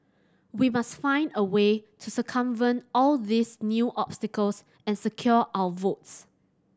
we must find a way to circumvent all these new obstacles and secure our votes